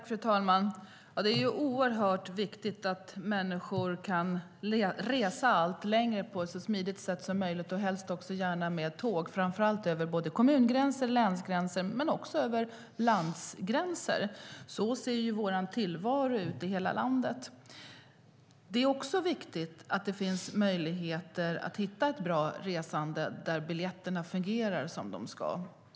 Fru talman! Det är oerhört viktigt att människor kan resa allt längre på ett så smidigt sätt som möjligt, och helst då med tåg, över kommungränser och länsgränser men också över landgränser. Så ser vår tillvaro ut i hela landet. Det är också viktigt att det finns möjligheter till ett bra resande där biljetterna fungerar som de ska.